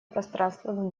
пространством